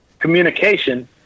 Communication